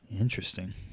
Interesting